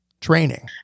Training